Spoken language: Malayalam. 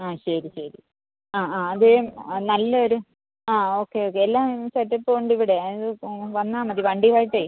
ആ ശരി ശരി ആ അത് നല്ലൊരു ആ ഓക്കെ ഓക്കെ എല്ലാ സെറ്റപ്പും ഉണ്ട് ഇവിടെ വന്നാൽ മതി വണ്ടിയുവായിട്ടേ